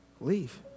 Leave